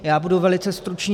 Já budu velice stručný.